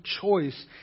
choice